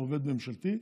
עובד ממשלתי.